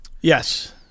Yes